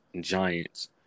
Giants